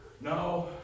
No